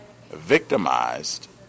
victimized